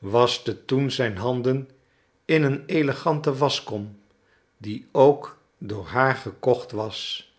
waschte toen zijn handen in een elegante waschkom die ook door haar gekocht was